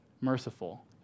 merciful